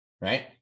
right